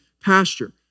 pasture